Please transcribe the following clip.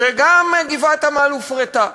שגם גבעת-עמל הופרטה,